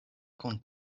kun